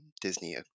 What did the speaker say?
Disney